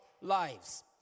lives